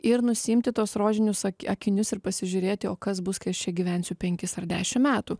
ir nusiimti tuos rožinius aki akinius ir pasižiūrėti o kas bus kai aš čia gyvensiu penkis ar dešim metų